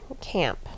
camp